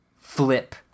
flip